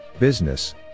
Business